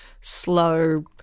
slow